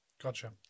Gotcha